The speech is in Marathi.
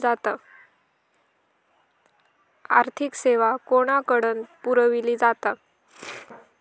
आर्थिक सेवा कोणाकडन पुरविली जाता?